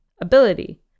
Ability